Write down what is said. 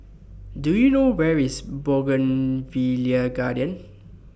Do YOU know Where IS Bougainvillea Garden